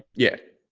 yeah.